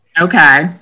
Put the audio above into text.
Okay